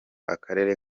akarere